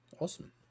Awesome